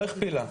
לא הכפילה,